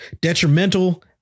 detrimental